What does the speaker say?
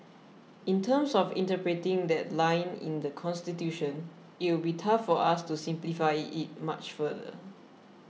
in terms of interpreting that line in the Constitution it would be tough for us to simplify it much further